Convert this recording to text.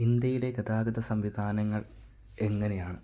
ഇന്ത്യയിലെ ഗതാഗത സംവിധാനങ്ങൾ എങ്ങനെയാണ്